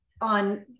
on